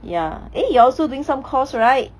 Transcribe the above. ya eh you are also doing some course right